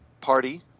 party